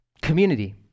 Community